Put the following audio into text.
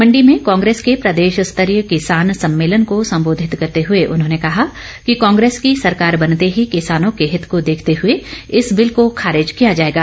मंडी में कांग्रेस के प्रदेश स्तरीय किसान सम्मेलन को संबोधित करते हुए उन्होंने कहा कि कांग्रेस की सरकार बनते ही किसानों के हित को देखते हुए इस बिल को खारिज किया जाएगा